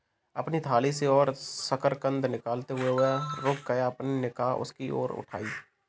अपनी थाली से और शकरकंद निकालते हुए, वह रुक गया, अपनी निगाह उसकी ओर उठाई